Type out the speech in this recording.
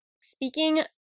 speaking